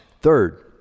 Third